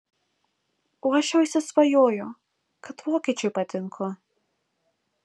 o aš jau įsisvajojau kad vokiečiui patinku